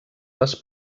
les